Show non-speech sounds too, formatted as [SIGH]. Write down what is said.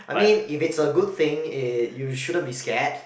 I mean if it's a good thing [NOISE] you shouldn't be scared